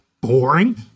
Boring